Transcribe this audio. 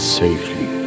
safely